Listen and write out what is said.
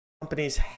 companies